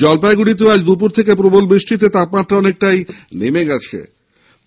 জলপাইগুড়িতেও আজ দুপুর থেকে প্রবল বৃষ্টিতে তাপমাত্রা অনেকটাই নেমেছে বলে জানা গেছে